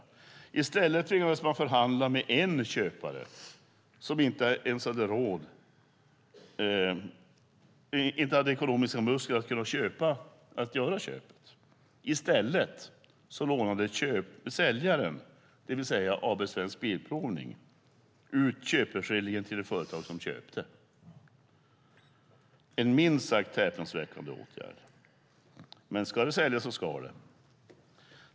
Som alternativ tvingades man förhandla med en köpare som inte hade ekonomiska muskler för att kunna göra köpet. I stället lånade säljaren, det vill säga AB Svensk Bilprovning, ut köpeskillingen till det företag som köpte, en minst sagt häpnadsväckande åtgärd. Men ska det säljas så ska det.